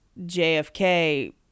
JFK